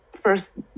first